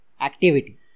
activity